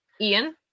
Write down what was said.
Ian